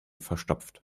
verstopft